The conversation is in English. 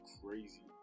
crazy